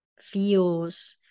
feels